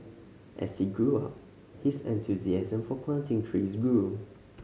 as he grew up his enthusiasm for planting trees grew